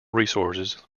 resources